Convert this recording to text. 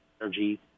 energy